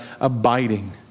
abiding